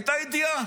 הייתה ידיעה,